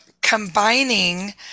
combining